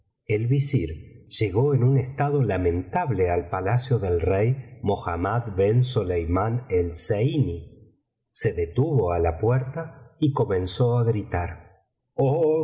el visir llegó en un estado lamentable al palacio del rey mohammad ben soleimán el zeini se detuvo á la puerta y comenzó á gritar oh